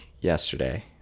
yesterday